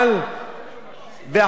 וההחלטה היתה נכונה,